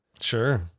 Sure